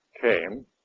came